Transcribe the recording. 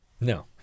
no